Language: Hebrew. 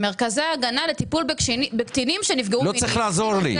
מרכזי הגנה לטיפול בקטינים שנפגעו מינית --- לא צריך לעזור לי.